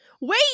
Wait